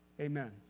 Amen